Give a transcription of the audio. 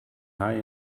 high